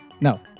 No